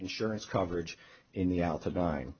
insurance coverage in the out of nine